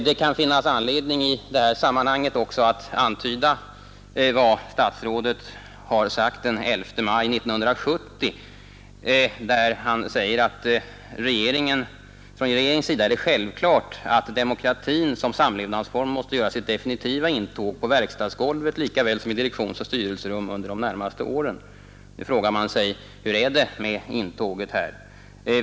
Det kan i detta sammanhang finnas anledning att antyda vad statsrådet sade den 11 maj 1970: Det är ”från regeringens sida självklart, att demokratin som samlevnadsform måste göra sitt definitiva intåg — på verkstadsoch kontorsgolven, likaväl som i direktionsoch styrelserummen — under de närmaste åren”. Nu frågar man sig: Hur är det med intåget här?